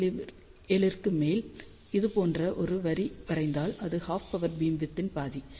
7 க்கு மேல் இது போன்ற ஒரு வரி வரைந்தால் இது ஹாஃப் பவர் பீம்விட்த் ன் பாதி